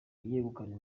yegukanye